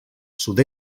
sud